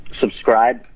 subscribe